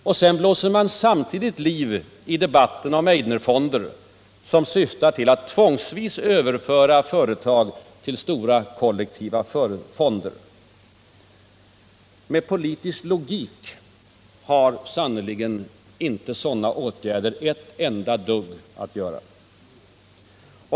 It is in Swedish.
Samtidigt blåser man liv i debatten om Meidnerfonder, som syftar till att tvångsvis överföra företag till stora kollektiva fonder. Med politisk logik har sannerligen sådana åtgärder inte ett dugg att göra!